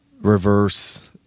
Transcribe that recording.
Reverse